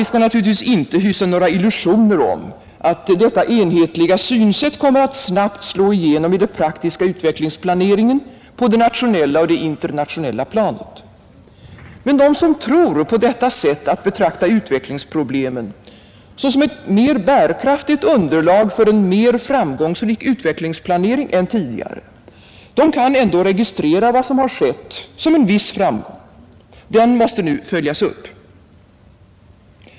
Vi skall naturligtvis inte hysa några illusioner om att detta enhetliga synsätt kommer att snabbt slå igenom i den praktiska utvecklingsplaneringen på det nationella och det internationella planet. Men de som tror på detta sätt, att betrakta utvecklingsproblemen såsom ett mer bärkraftigt underlag för en mer framgångsrik utvecklingsplanering än tidigare, kan ändå registrera vad som har skett som en viss framgång. Den måste nu följas upp.